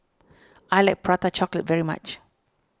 I like Prata Chocolate very much